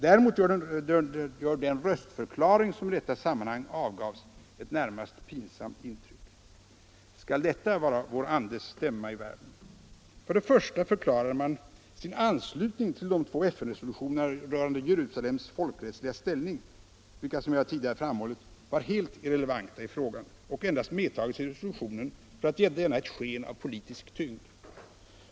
Däremot gör den röstförklaring som i detta sammanhang avgavs ett närmast pinsamt intryck. Skall detta vara vår andes stämma i världen? För det första förklarade man sin anslutning till de två FN-resolutionerna rörande Jerusalems folkrättsliga ställning, vilka som jag tidigare framhållit var helt irrelevanta i frågan och endast medtagits i resolutionen för att ge denna ett sken av politisk tyngd.